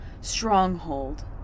stronghold